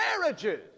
marriages